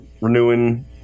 renewing